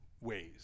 ways